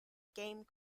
game